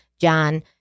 John